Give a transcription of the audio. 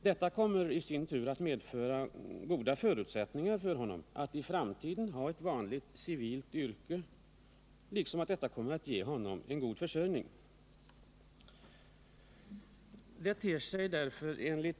Detta kommer i sin tur att medföra goda förutsättningar för honom att i framtiden ha ett vanligt civilt yrke liksom att detta kommer att ge honom en god försörjning.